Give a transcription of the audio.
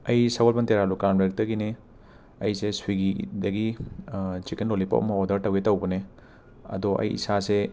ꯑꯩ ꯁꯒꯣꯜꯕꯟ ꯇꯦꯔꯥ ꯂꯨꯀ꯭ꯔꯥꯝ ꯂꯩꯔꯛꯇꯒꯤꯅꯤ ꯑꯩꯁꯦ ꯁ꯭ꯋꯤꯒꯤ ꯗꯒꯤ ꯆꯤꯀꯟ ꯂꯣꯂꯤꯄꯣꯞ ꯑꯃ ꯑꯣꯗꯔ ꯇꯧꯒꯦ ꯇꯧꯕꯅꯦ ꯑꯗꯣ ꯑꯩ ꯏꯁꯥꯁꯦ